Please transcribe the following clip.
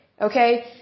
okay